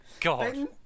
God